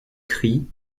crie